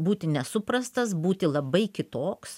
būti nesuprastas būti labai kitoks